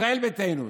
ישראל ביתנו,